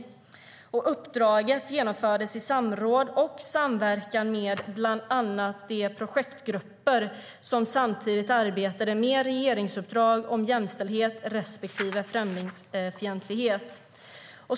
Uppdraget genomfördes i samråd och samverkan med bland annat de projektgrupper som samtidigt arbetade med regeringsuppdrag om jämställdhet respektive främlingsfientlighet.